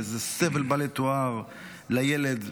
זה סבל בל יתואר לילד,